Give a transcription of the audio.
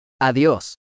Adiós